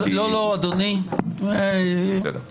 אבל אני רוצה להציע שנשמע קודם את המפכ"ל.